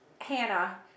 Hannah